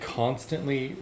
constantly